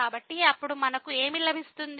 కాబట్టి అప్పుడు మనకు ఏమి లభిస్తుంది